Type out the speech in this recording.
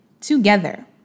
together